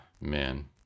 man